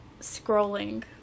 scrolling